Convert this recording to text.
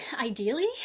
Ideally